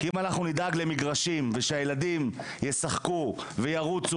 כי אם אנחנו נדאג למגרשים ושהילדים ישחקו וירוצו